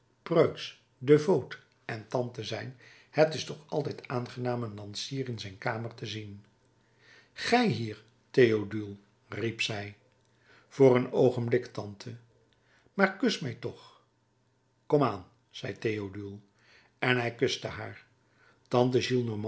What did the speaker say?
preutsch devoot en tante zijn het is toch altijd aangenaam een lansier in zijn kamer te zien gij hier théodule riep zij voor een oogenblik tante maar kus mij toch komaan zei théodule en hij kuste haar tante